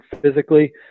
physically